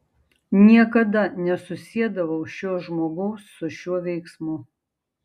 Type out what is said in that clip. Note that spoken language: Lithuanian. niekada nesusiedavau šio žmogaus su šiuo veiksmu